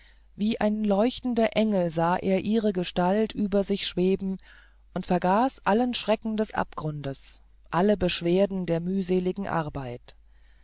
wie ein leuchtender engel sah er ihre gestalt über sich schweben und vergaß alle schrecken des abgrundes alle beschwerden der mühseligen arbeit